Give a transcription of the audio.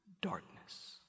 darkness